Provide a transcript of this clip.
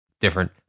different